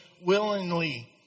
willingly